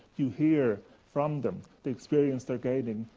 you hear from them the experience they're gaining,